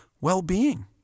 well-being